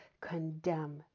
condemn